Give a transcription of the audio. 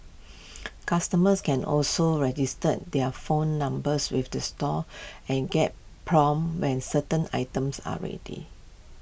customers can also register their phone numbers with the stores and get prompted when certain items are ready